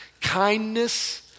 kindness